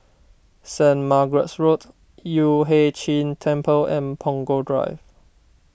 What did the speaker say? Saint Margaret's Road Yueh Hai Ching Temple and Punggol Drive